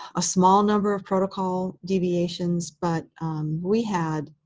a small number of protocol deviations, but we had